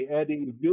adding